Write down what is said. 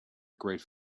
great